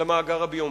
למאגר הביומטרי,